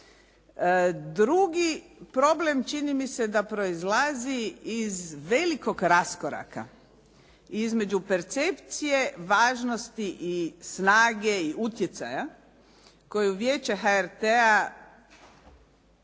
Drugi problem čini mi se da proizlazi iz velikog raskoraka između percepcije, važnosti i snage i utjecaja koji Vijeće HRT-a